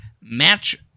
match